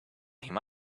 him